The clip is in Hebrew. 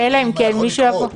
אלא אם כן מישהו יבוא --- כן,